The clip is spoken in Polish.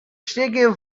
śniegiem